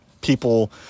people